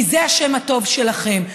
כי זה השם הטוב שלכם,